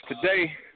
today